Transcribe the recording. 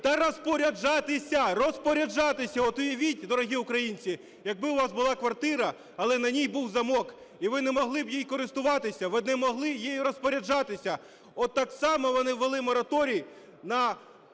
та розпоряджатися, розпоряджатися… От уявіть, дорогі українці, якби у вас була квартира, але на ній був замок і ви б не могли нею користуватися, ви б не могли нею розпоряджатися. Отак само вони ввели мораторій на